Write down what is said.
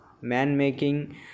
man-making